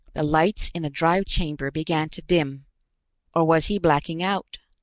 the lights in the drive chamber began to dim or was he blacking out?